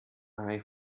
eye